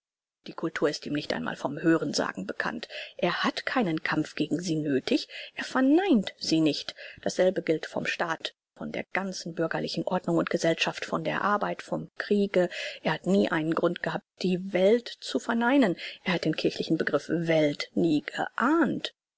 die cultur ist ihm nicht einmal vom hörensagen bekannt er hat keinen kampf gegen sie nöthig er verneint sie nicht dasselbe gilt vom staat von der ganzen bürgerlichen ordnung und gesellschaft von der arbeit vom kriege er hat nie einen grund gehabt die welt zu verneinen er hat den kirchlichen begriff welt nie geahnt